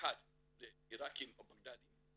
אחד זה עיראקים או בגדדים,